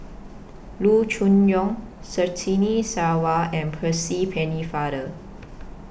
Loo Choon Yong Surtini Sarwan and Percy Pennefather